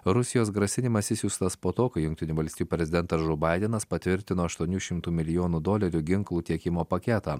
rusijos grasinimas išsiųstas po to kai jungtinių valstijų prezidentas džo baidenas patvirtino aštuonių šimtų milijonų dolerių ginklų tiekimo paketą